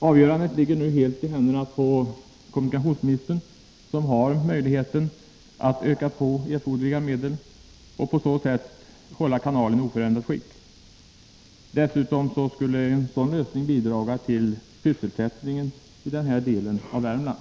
Avgörandet ligger helt i händerna på kommunikationsministern. Han har möjlighet att öka erforderliga medel och på så sätt hålla kanalen i oförändrat skick. En sådan lösning skulle dessutom bidra till sysselsättningen i denna del av Värmland.